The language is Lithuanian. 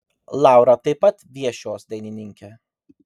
laura taip pat viešios dainininkė